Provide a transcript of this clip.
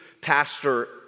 Pastor